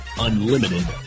Unlimited